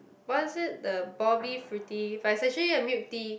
why is the Bobii Frutii but is actually the milk tea